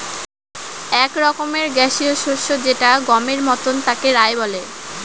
এক রকমের গ্যাসীয় শস্য যেটা গমের মতন তাকে রায় বলে